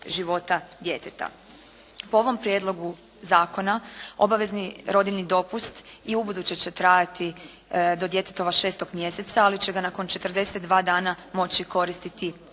Po ovom prijedlogu zakona obavezni rodiljni dopust i ubuduće će trajati do djetetova 6. mjeseca, ali će se nakon 42 dana moći koristiti i otac.